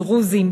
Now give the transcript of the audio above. דרוזים,